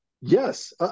Yes